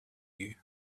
you